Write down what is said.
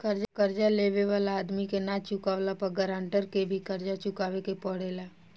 कर्जा लेवे वाला आदमी के ना चुकावला पर गारंटर के भी कर्जा चुकावे के पड़ेला